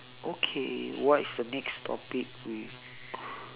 okay what's the next topic we